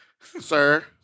sir